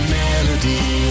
melody